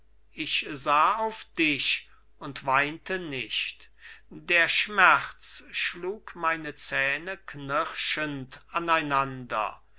ich sah auf dich und weinte nicht der schmerz schlug meine zähne knirschend aneinander